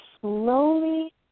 slowly